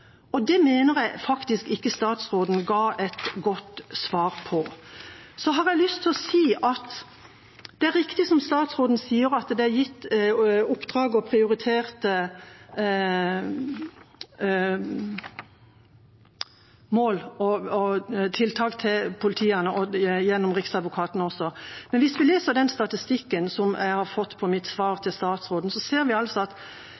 mener jeg faktisk statsråden ikke ga et godt svar på. Så har jeg lyst til å si at det er riktig som statsråden sier, at det er gitt oppdrag og prioriterte mål og tiltak hos politiet og gjennom Riksadvokaten. Men hvis vi leser den statistikken som jeg har fått i svaret fra statsråden, ser vi at